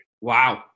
Wow